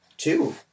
Two